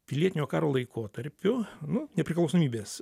pilietinio karo laikotarpiu nu nepriklausomybės